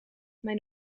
mijn